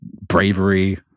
bravery